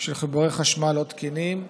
של חיבורי חשמל לא תקינים,